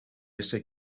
ése